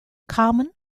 common